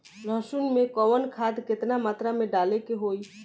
लहसुन में कवन खाद केतना मात्रा में डाले के होई?